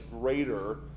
greater